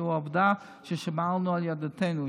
העובדה ששמרנו על יהדותנו,